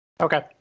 Okay